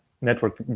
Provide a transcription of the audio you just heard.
network